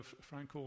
Frank